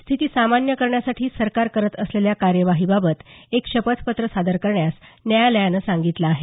स्थिती सामान्य करण्यासाठी सरकार करत असलेल्या कार्यवाहीबाबत एक शपथपत्र सादर करण्यास न्यायालयानं सांगितलं आहे